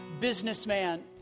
businessman